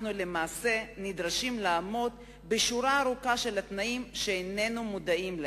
אנחנו למעשה נדרשים לעמוד בשורה ארוכה של תנאים שאיננו מודעים להם.